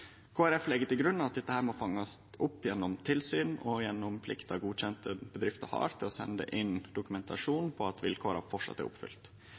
Folkeparti legg til grunn at dette må fangast opp gjennom tilsyn og gjennom plikta godkjende bedrifter har til å sende inn dokumentasjon på at vilkåra framleis er